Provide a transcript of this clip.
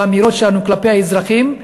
באמירות שלנו כלפי האזרחים.